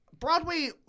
Broadway